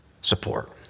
support